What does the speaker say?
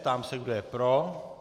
Ptám se, kdo je pro.